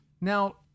Now